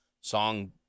song